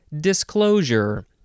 disclosure